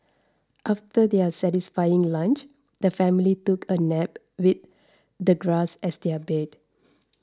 after their satisfying lunch the family took a nap with the grass as their bed